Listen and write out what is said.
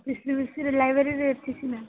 history ଲାଇବ୍ରେରୀରେ ma'am